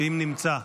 אם נמצא.